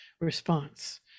response